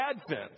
Advent